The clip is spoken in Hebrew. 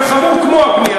אבל זה חמור כמו הפנייה לאו"ם.